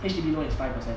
H_D_B loan is five percent